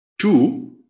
Two